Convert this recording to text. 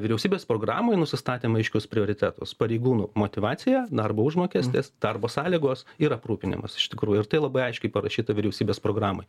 vyriausybės programoj nusistatėm aiškius prioritetus pareigūnų motyvacija darbo užmokestis darbo sąlygos ir aprūpinimas iš tikrųjų ir tai labai aiškiai parašyta vyriausybės programoj